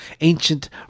ancient